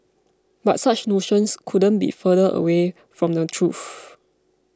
but such notions couldn't be further away from the truth